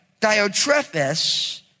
Diotrephes